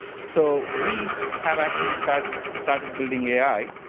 so we have actually started started building ai.